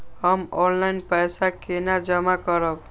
हम ऑनलाइन पैसा केना जमा करब?